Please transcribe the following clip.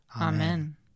Amen